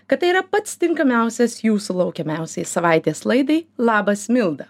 kad tai yra pats tinkamiausias jūsų laukiamiausiai savaitės laidai labas milda